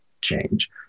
change